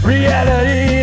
Reality